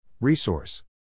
Resource